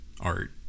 art